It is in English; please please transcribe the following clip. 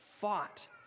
fought